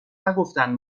نگفتن